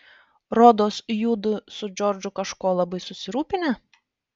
rodos judu su džordžu kažko labai susirūpinę